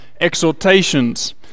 exhortations